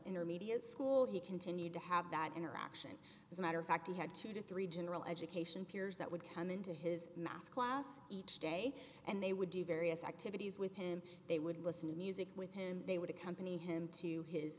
intermediate school he continued to have that interaction as a matter of fact he had two dollars to three dollars general education peers that would come into his math class each day and they would do various activities with him they would listen to music with him they would accompany him to his